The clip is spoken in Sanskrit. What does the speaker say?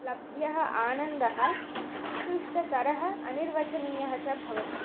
लभ्यः आनन्दः उत्कृष्टतरः अनिर्वचनीयः च भवति